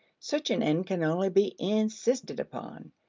such an end can only be insisted upon.